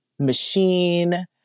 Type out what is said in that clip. Machine